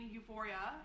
Euphoria